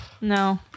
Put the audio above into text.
No